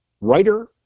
writer